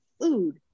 food